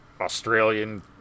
Australian